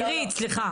אירית, סליחה.